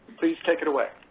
please take it away.